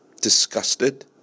disgusted